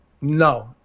no